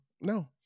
No